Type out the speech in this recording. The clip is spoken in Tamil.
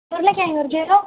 உருளை கிழங்கு ஒரு கிலோ